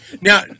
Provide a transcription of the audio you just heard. Now